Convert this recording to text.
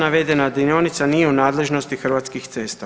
Navedena dionica nije u nadležnosti Hrvatskih cesta.